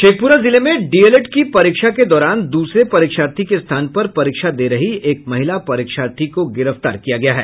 शेखप्रा जिले में डीएलएड की परीक्षा के दौरान दूसरे परीक्षार्थी के स्थान पर परीक्षा दे रही एक महिला परीक्षार्थी को गिरफ्तार किया गया है